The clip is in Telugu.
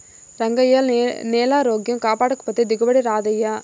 రంగయ్యా, నేలారోగ్యం కాపాడకపోతే దిగుబడి రాదయ్యా